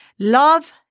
Love